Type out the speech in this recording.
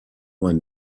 one